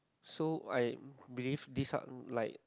so I believe this are like